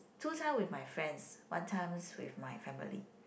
two time with my friends one time with my family